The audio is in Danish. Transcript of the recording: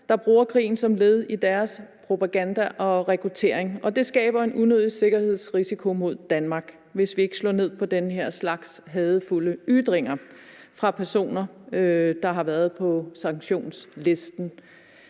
der bruger krigen som led i deres propaganda og rekruttering, og det skaber en unødig sikkerhedsrisiko mod Danmark, hvis vi ikke slår ned på den her slags hadefulde ytringer fra personer, der har været på sanktionslisten.